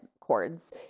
chords